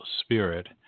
spirit